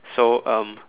so um